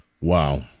Wow